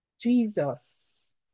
Jesus